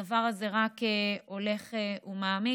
הדבר הזה רק הולך ומעמיק.